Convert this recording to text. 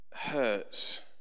hurts